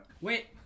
Wait